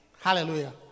Hallelujah